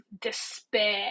despair